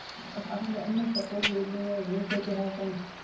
ꯑꯁ ꯑꯩꯈꯣꯏꯁꯨ ꯑꯃ ꯆꯠꯊꯣꯛꯄꯗꯅꯦ ꯂꯣꯏ ꯆꯠꯀꯦ ꯍꯥꯏꯔꯛꯀꯅꯤ